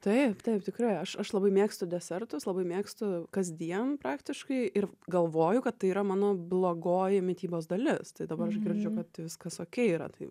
taip taip tikrai aš labai mėgstu desertus labai mėgstu kasdien praktiškai ir galvoju kad tai yra mano blogoji mitybos dalis tai dabar aš girdžiu kad viskas okei yra tai